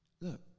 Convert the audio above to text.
look